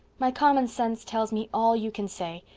my common sense tells me all you can say,